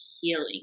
healing